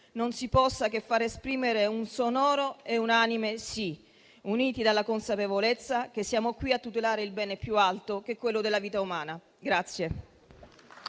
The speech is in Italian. non si possa che esprimere un sonoro e unanime «sì», uniti dalla consapevolezza che siamo qui a tutelare il bene più alto, che è quello della vita umana.